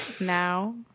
Now